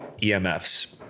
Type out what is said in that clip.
EMFs